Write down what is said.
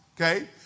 okay